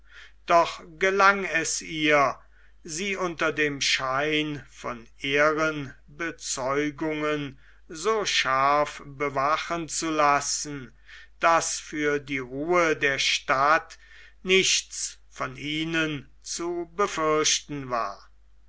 doch gelang es ihr sie unter dem schein von ehrenbezeugungen so scharf bewachen zu lassen daß für die ruhe der stadt nichts von ihnen zu befürchten war